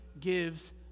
gives